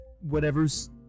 whatever's